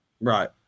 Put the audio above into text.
Right